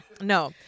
no